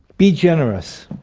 be generous.